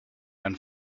and